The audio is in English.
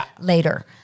later